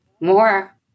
more